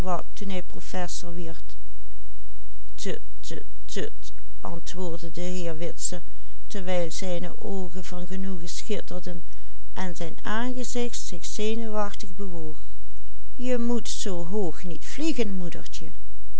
terwijl zijne oogen van genoegen schitterden en zijn aangezicht zich zenuwachtig bewoog je moet zoo hoog niet vliegen moedertje